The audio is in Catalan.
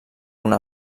una